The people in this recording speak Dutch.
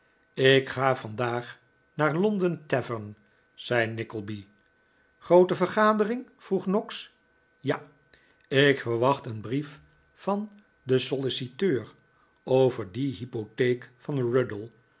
ik ga vandaag naar de london tavern zei nickleby groote vergadering vroeg noggs ja ik verwacht een brief van den solliciteur over die hypotheek van ruddle